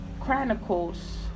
Chronicles